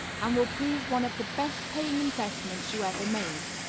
and will prove one of the best paying investments you ever made.